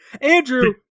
Andrew